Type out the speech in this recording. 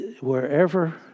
wherever